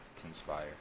conspire